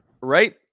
Right